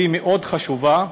והיא מאוד חשובה,